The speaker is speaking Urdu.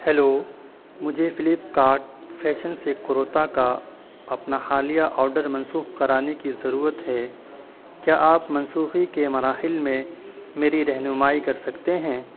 ہیلو مجھے فلپکاٹ فیشن سے کُرتا کا اپنا حالیہ آڈر منسوخ کرانے کی ضرورت ہے کیا آپ منسوخی کے مراحل میں میری رہنمائی کر سکتے ہیں